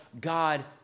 God